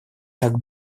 так